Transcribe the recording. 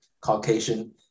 Caucasian